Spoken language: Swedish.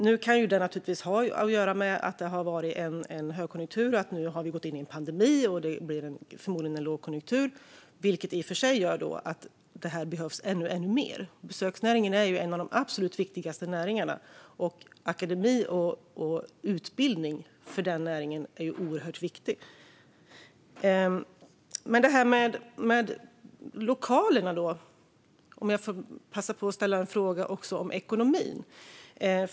Det kan naturligtvis ha att göra med att det varit högkonjunktur och att vi nu gått in i en pandemi och det förmodligen blir lågkonjunktur, vilket i och för sig gör att det här behövs ännu mer. Besöksnäringen är ju en av de absolut viktigaste näringarna, och akademi och utbildning för den näringen är oerhört viktigt. När det gäller lokalerna kanske jag får passa på att ställa en fråga om ekonomin.